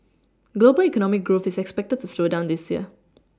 global economic growth is expected to slow down this year